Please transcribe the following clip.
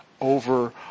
over